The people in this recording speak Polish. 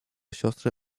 siostry